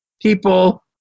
People